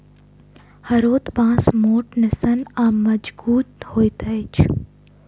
हरोथ बाँस मोट, निस्सन आ मजगुत होइत अछि